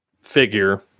Figure